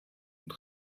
und